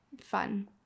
fun